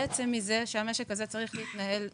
מזה שהמשק הזה צריך להתנהל נכון.